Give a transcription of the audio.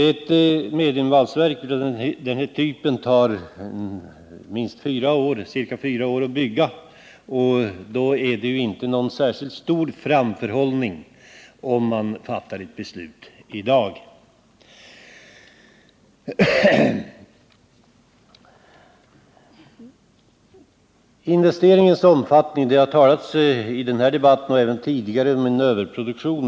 Ett mediumvalsverk av den ifrågavarande typen tar ca fyra år att bygga. Då är det ju inte någon särskilt stor framförhållning, om man fattar ett beslut i dag. Det har talats i den här debatten och även tidigare om en överproduktion.